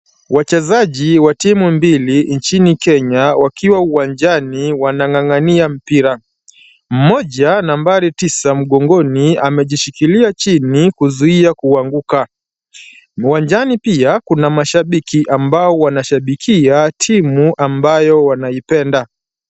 Wachezaji wa timu mbili nchini Kenya wakiwa uwanjani wanang'ang'ania mpira. Mmoja nambari tisa mgongoni, amejishikilia chini kuzuia kuanguka. Uwanjani pia kuna mashabiki, ambao wanashabikia timu ambayo wanaipenda.